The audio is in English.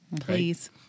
Please